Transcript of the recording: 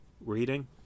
reading